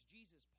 Jesus